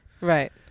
Right